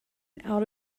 out